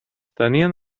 tenien